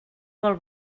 vol